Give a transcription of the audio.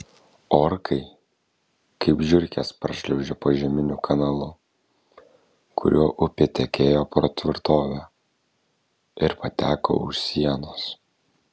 orkai kaip žiurkės prašliaužė požeminiu kanalu kuriuo upė tekėjo pro tvirtovę ir pateko už sienos